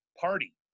party